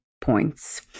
points